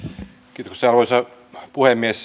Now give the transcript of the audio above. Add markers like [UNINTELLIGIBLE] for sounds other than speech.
arvoisa puhemies [UNINTELLIGIBLE]